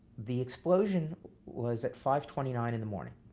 the explosion was at five twenty nine in the morning.